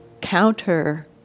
counter